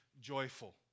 joyful